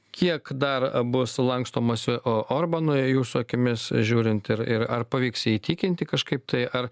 kiek dar bus lankstomasi orbanui jūsų akimis žiūrint ir ir ar pavyks jį įtikinti kažkaip tai ar